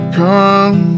come